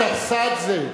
חברת הכנסת אבסדזה,